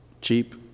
cheap